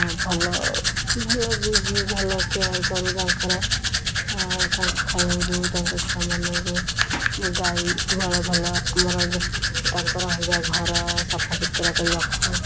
ଭଲ ଭଲ ବୁଝୁ ଭଲ କେୟାର୍ କରୁ ତାଙ୍କର ଆଉ ତାଙ୍କୁ ଖାଇବାକୁ ଦେଉ ତାଙ୍କ ଛୁଆମାନଙ୍କୁ ଗାଈ ଗୁହାଳ ଭଲ ଆମର ଦେ ତାଙ୍କ ରହିବା ଘର ସଫା ସୁତରା କରି ରଖୁ